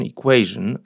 Equation